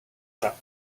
ground